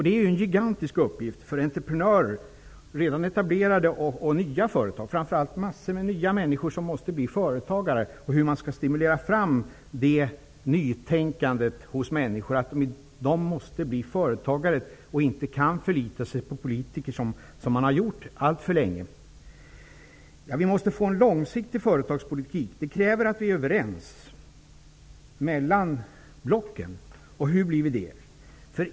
Det är en gigantisk uppgift som väntar entreprenörer, både redan etablerade och nya företag, och framför allt massor av nya människor som måste bli företagare. Hur skall man stimulera fram ett nytänkande hos människor så att de vill bli företagare, i stället för att förlita sig på politiker, som de har gjort alltför länge? Företagspolitiken måste vara långsiktig. Det kräver att vi är överens mellan blocken. Hur blir vi det?